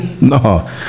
no